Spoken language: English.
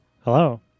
Hello